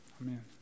Amen